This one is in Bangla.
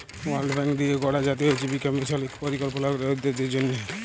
ওয়ার্ল্ড ব্যাংক দিঁয়ে গড়া জাতীয় জীবিকা মিশল ইক পরিকল্পলা দরিদ্দরদের জ্যনহে